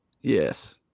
Yes